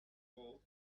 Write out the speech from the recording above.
both